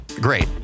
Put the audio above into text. great